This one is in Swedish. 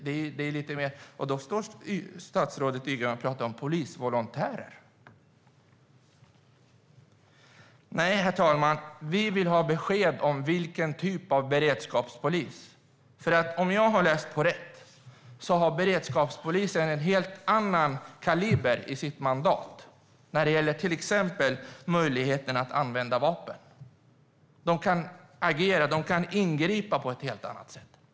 Men Ygeman står här och pratar om polisvolontärer. Nej, herr talman, vi vill ha besked om vilken typ av beredskapspolis det handlar om, för om jag har läst på rätt så är beredskapspolisens mandat av en helt annan kaliber när det gäller till exempel möjligheten att använda vapen. De kan agera och ingripa på ett helt annat sätt.